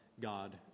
god